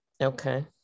Okay